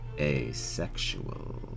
asexual